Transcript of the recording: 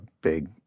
big